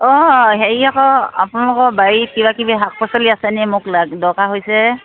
অঁ হেৰি আকৌ আপোনালোকৰ বাৰীত কিবাকিবি শাক পাচলি আছে নি মোক লাগ দৰকাৰ হৈছে